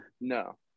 no